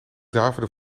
daverde